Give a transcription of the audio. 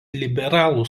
liberalų